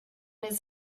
his